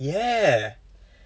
yeah